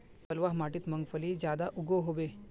बलवाह माटित मूंगफली ज्यादा उगो होबे?